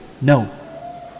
No